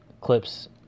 clips